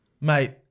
mate